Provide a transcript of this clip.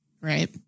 Right